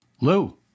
Lou